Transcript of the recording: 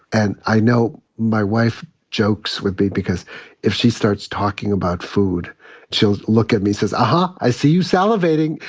and i know my wife jokes with me because if she starts talking about food, and she'll look at me says, aha. i see you salivating.